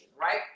right